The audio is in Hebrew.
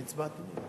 אני הצבעתי?